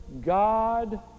God